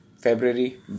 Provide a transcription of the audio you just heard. february